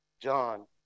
John